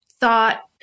thought